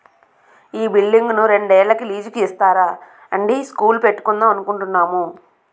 ఈ బిల్డింగును రెండేళ్ళకి లీజుకు ఇస్తారా అండీ స్కూలు పెట్టుకుందాం అనుకుంటున్నాము